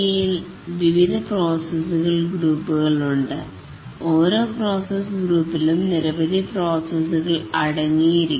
ഈ വിവിധ പ്രോസസ് ഗ്രൂപ്പുകളുണ്ട് ഓരോ പ്രോസസ് ഗ്രൂപ്പിലും നിരവധി പ്രോസസുകൾ അടങ്ങിയിരിക്കുന്നു